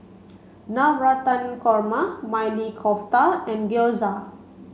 Navratan Korma Maili Kofta and Gyoza